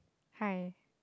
hi